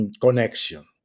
connection